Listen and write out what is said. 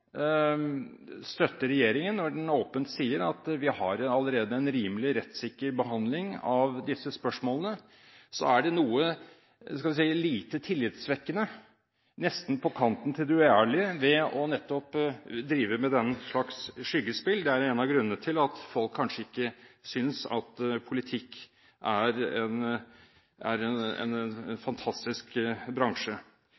støtter regjeringen når den åpent sier at vi allerede har en rimelig rettssikker behandling av disse spørsmålene, er det noe lite tillitvekkende, nesten på kanten til det uærlige, ved nettopp å drive med den slags skyggespill. Det er en av grunnene til at folk kanskje ikke synes at politikk er en fantastisk bransje. Jeg tror man skulle være så ærlig å si at det er